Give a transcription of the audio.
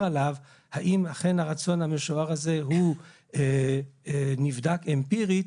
עליו האם אכן הרצון המשוער הזה הוא נבדק אמפירית?